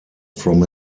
from